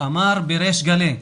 אמר בריש גלי,